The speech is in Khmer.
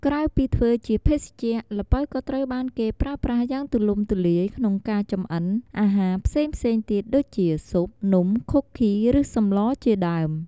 ក្រៅពីធ្វើជាភេសជ្ជៈ ល្ពៅក៏ត្រូវបានគេប្រើប្រាស់យ៉ាងទូលំទូលាយក្នុងការចម្អិនអាហារផ្សេងៗទៀតដូចជា ស៊ុប នំ ខូឃី ឬសម្លរជាដើម។